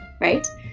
right